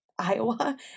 Iowa